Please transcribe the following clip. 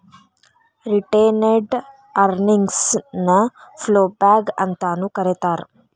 retained earnings ನ ploughback ಅಂತಾನೂ ಕರೇತಾರ